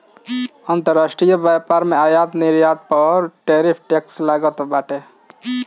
अंतरराष्ट्रीय व्यापार में आयात निर्यात पअ टैरिफ टैक्स लागत बाटे